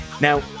now